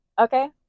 okay